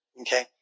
Okay